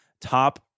top